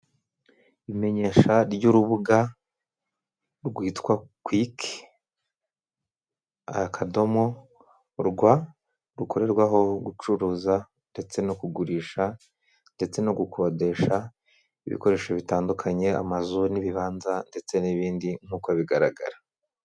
Imenyesha ry'urubuga rwitwa quick.rw, rukorerwaho gucuruza ndetse no kugurisha ndetse no gukodesha ibikoresho bitandukanye, amazu n'ibibanza ndetse n'ibindi nk'uko bigaragara.